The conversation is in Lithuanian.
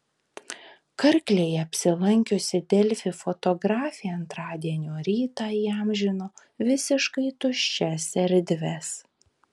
karklėje apsilankiusi delfi fotografė antradienio rytą įamžino visiškai tuščias erdves